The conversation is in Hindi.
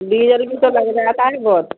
डीजल भी तो लग जाता है बहुत